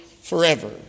forever